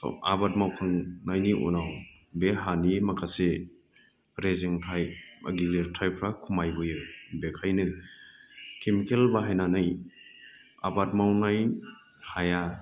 आबाद मावखांनायनि उनाव बे हानि माखासे रेजेंथाय बा गिलिरथायफ्रा खमायबोयो बेखायनो केमिकेल बाहायनानै आबाद मावनाय हाया